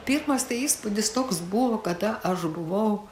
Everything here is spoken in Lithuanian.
pirmas tai įspūdis toks buvo kada aš buvau